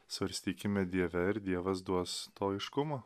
svarstykime dieve ar dievas duos to aiškumo